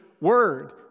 word